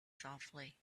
softly